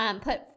Put